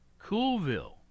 Coolville